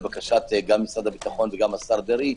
גם לבקשת משרד הביטחון וגם השר דרעי,